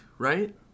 Right